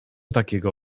takiego